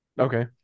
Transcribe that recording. Okay